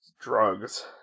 Drugs